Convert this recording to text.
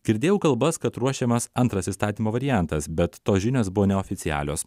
girdėjau kalbas kad ruošiamas antras įstatymo variantas bet tos žinios buvo neoficialios